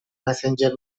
messenger